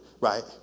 right